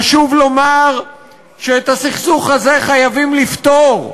חשוב לומר שאת הסכסוך הזה חייבים לפתור.